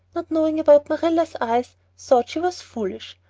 not knowing about marilla's eyes, thought she was foolish.